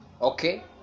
Okay